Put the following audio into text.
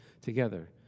together